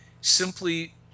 simply